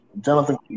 Jonathan